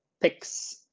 picks